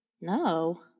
No